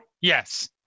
Yes